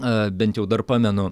aa bent jau dar pamenu